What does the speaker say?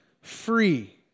free